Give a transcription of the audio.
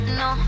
no